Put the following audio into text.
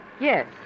Yes